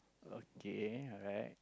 okay alright